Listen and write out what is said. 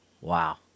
wow